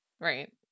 Right